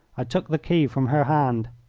i took the key from her hand.